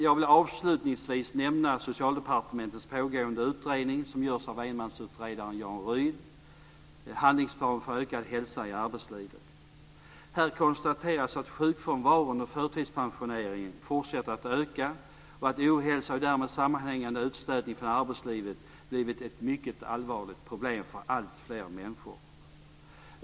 Jag vill avslutningsvis nämna Socialdepartementets pågående utredning, som görs av enmansutredaren Jan Rydh, Handlingsplan för ökad hälsa i arbetslivet. Här konstateras att sjukfrånvaron och förtidspensioneringen fortsätter att öka och att ohälsa och därmed sammanhängande utstötning från arbetslivet blivit ett mycket allvarligt problem för alltfler människor.